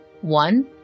one